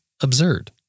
absurd